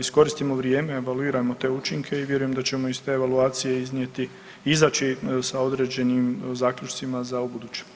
Iskoristimo vrijeme, evaluirajmo te učinke i vjerujem da ćemo iz te evaluacije iznijeti, izaći sa određenim zaključcima za ubuduće.